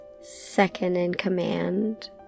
second-in-command